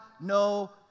no